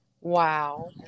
Wow